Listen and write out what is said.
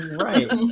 Right